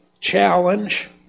challenge